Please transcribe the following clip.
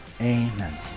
Amen